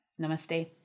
namaste